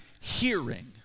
hearing